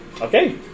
okay